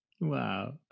wow